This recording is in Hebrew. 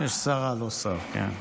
יש שרה, לא שר, כן.